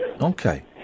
Okay